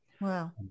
Wow